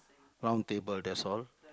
round table that's all